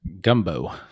gumbo